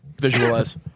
visualize